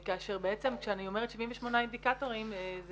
כאשר בעצם כשאני אומרת 78 אינדיקטורים זה